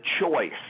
choice